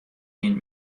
این